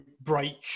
break